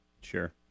Sure